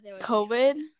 COVID